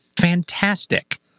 fantastic